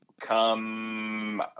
Come